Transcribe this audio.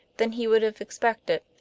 than he would have expected.